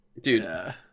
dude